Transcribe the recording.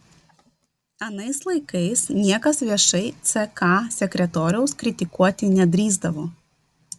anais laikais niekas viešai ck sekretoriaus kritikuoti nedrįsdavo